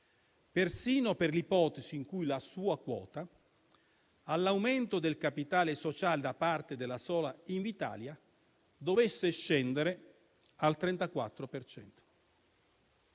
persino per l'ipotesi in cui la sua quota, all'aumento del capitale sociale da parte della sola Invitalia, dovesse scendere al 34